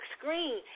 screen